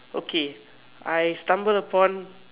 okay I stumbled upon